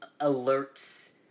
alerts